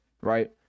right